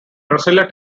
drusilla